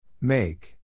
Make